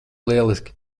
lieliski